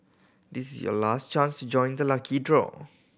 this is your last chance to join the lucky draw